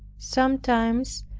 sometimes,